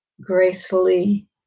gracefully